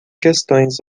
questões